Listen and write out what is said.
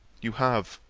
you have,